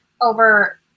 over